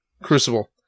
Crucible